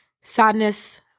Sadness